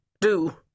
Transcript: Do